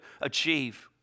achieve